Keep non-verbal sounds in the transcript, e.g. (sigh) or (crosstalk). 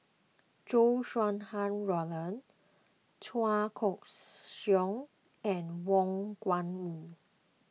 Chow Sau Hai Roland Chua Koon (hesitation) Siong and Wang Gungwu